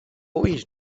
already